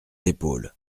épaules